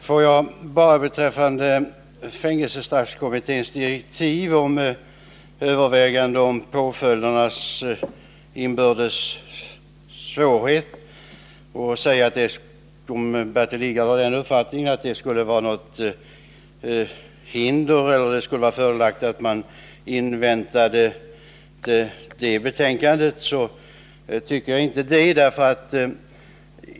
Herr talman! Bertil Lidgard tycks ha uppfattningen att det skulle vara fördelaktigt att invänta betänkandet från fängelsestraffkommittén om påföljdernas inbördes svårhet. Jag tycker inte det.